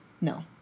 No